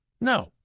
No